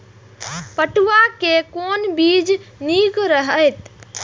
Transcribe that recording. पटुआ के कोन बीज निक रहैत?